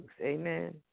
Amen